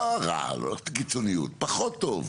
לא רע, לא רוצה ללכת לקיצוניות, אבל פחות טוב.